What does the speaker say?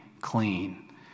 clean